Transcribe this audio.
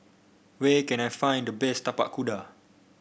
where can I find the best Tapak Kuda